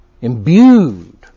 imbued